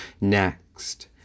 Next